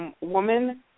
woman